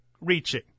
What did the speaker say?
reaching